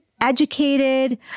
educated